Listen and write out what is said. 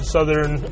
Southern